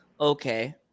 Okay